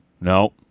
No